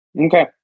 okay